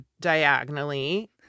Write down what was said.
diagonally